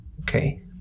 okay